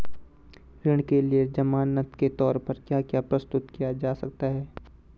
ऋण के लिए ज़मानात के तोर पर क्या क्या प्रस्तुत किया जा सकता है?